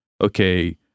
okay